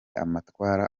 amatwara